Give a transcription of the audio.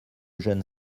jeune